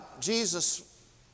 Jesus